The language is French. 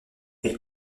elle